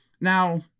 Now